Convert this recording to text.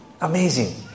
Amazing